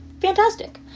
fantastic